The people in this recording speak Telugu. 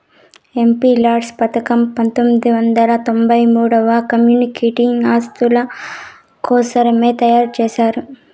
ఎంపీలాడ్స్ పథకం పంతొమ్మిది వందల తొంబై మూడుల కమ్యూనిటీ ఆస్తుల కోసరమే తయారు చేశారు